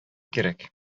кирәк